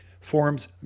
forms